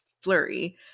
Flurry